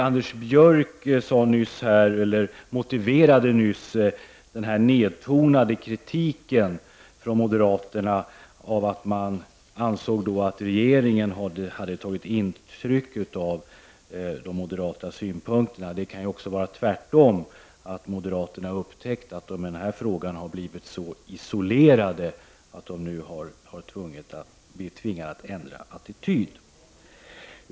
Anders Björck motiverade nyss den nedtonade kritiken från moderaterna med att man ansåg att regeringen hade tagit intryck av de moderata synpunkterna. Men det kan också vara tvärtom, nämligen att moderaterna har upptäckt att de i den här frågan har blivit så isolerade att de har tvingats ändra attityd.